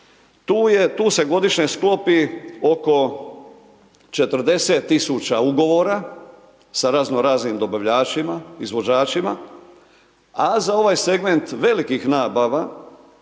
Tu se godišnje sklopi oko 40 tisuća ugovora sa razno raznim dobavljačima, izvođačima, a za ovaj segment velikih nabava